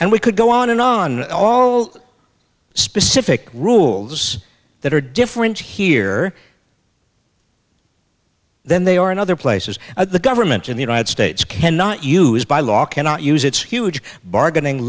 and we could go on and on all specific rules that are different here than they are in other places of the government in the united states cannot use by law cannot use its huge bargaining